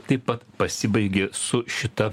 taip pat pasibaigė su šita